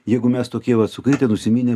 jeigu mes tokie vat sukritę nusiminę